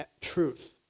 truth